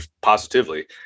positively